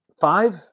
Five